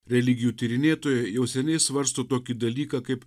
religijų tyrinėtojai jau seniai svarsto tokį dalyką kaip